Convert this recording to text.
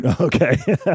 Okay